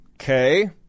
okay